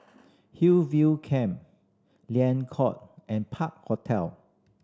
Hillview Camp Liang Court and Park Hotel